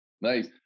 Nice